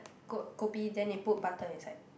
ko~ kopi then they put butter inside